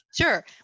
Sure